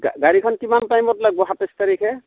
গাড়ীখন কিমান টাইমত লাগব সাতাইছ তাৰিখে